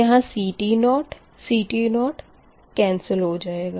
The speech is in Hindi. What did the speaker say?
यहाँ CT0 CT0 केन्सल हो जाएगा